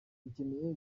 ukeneye